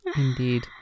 Indeed